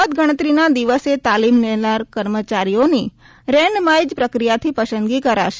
મતગણતરી ના દિવસે તાલીમ લેનાર કર્મચારીઓની રેન્ડમાઇજ પ્રક્રિયાથી પસંદગી કરાશે